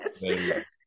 yes